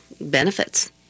benefits